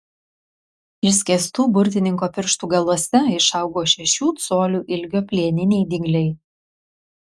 išskėstų burtininko pirštų galuose išaugo šešių colių ilgio plieniniai dygliai